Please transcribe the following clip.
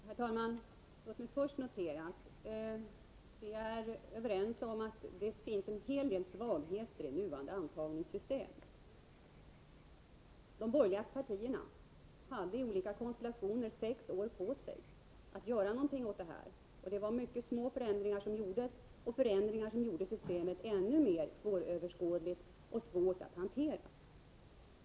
Herr talman! Låt mig först notera att vi är överens om att det finns en hel del svagheter i det nuvarande antagningssystemet. De borgerliga partierna hade i olika konstellationer sex år på sig att göra någonting åt det här. Det gjordes mycket små ändringar, och dessa medförde att systemet blev ännu mer svåröverskådligt och svårt att hantera.